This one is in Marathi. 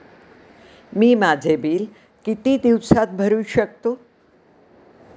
मी माझे बिल किती दिवसांत भरू शकतो?